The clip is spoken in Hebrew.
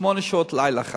שמונה שעות, לילה אחד.